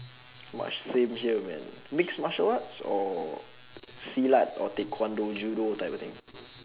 !whoa! same here man mixed martial arts or silat or taekwondo judo type of thing